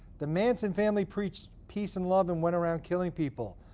the manson family preached peace and love and went around killing people.